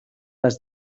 las